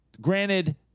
granted